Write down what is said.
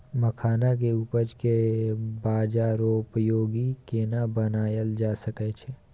मखान के उपज के बाजारोपयोगी केना बनायल जा सकै छै?